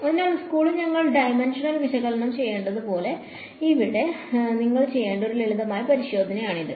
അതിനാൽ സ്കൂളിൽ ഞങ്ങൾ ഡൈമൻഷണൽ വിശകലനം ചെയ്യേണ്ടത് പോലെ നിങ്ങൾ ചെയ്യേണ്ട ഒരു ലളിതമായ പരിശോധനയാണിത്